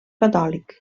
catòlic